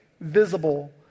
visible